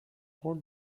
قول